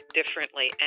differently